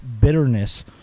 bitterness